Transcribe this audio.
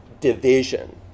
division